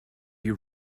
you